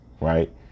right